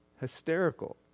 hysterical